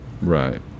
Right